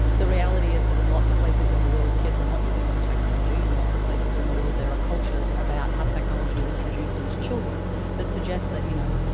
the reality is that in lots of places in the world, kids are not using new technology. in lots of places in the world, there are cultures about how technology is introduced into children that suggests that, you know,